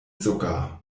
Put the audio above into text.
sogar